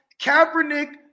Kaepernick